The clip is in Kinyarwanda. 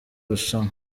irushanwa